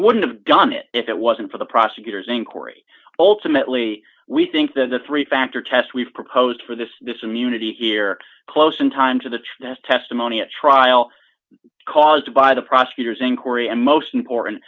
wouldn't have done it if it wasn't for the prosecutor's inquiry ultimately we think that the three factor test we've proposed for this this immunity here close in time to the testimony at trial caused by the prosecutors in korea most important